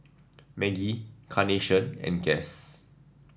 Maggi Carnation and Guess